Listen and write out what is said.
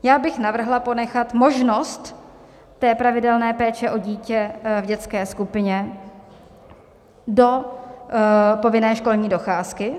Já bych navrhla ponechat možnost pravidelné péče o dítě v dětské skupině do povinné školní docházky.